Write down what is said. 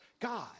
God